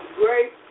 great